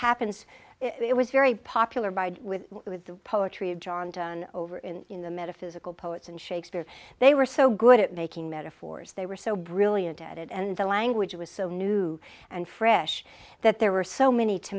happens it was very popular by with with the poetry of john donne over in the metaphysical poets and shakespeare they were so good at making metaphors they were so brilliant at it and the language was so new and fresh that there were so many to